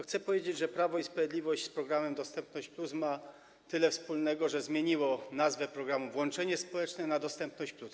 Chcę powiedzieć, że Prawo i Sprawiedliwość z programem „Dostępność+” ma tyle wspólnego, że zmieniło nazwę programu „Włączenie społeczne” na „Dostępność+”